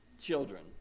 Children